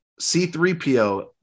c3po